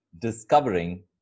discovering